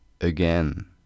again